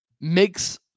makes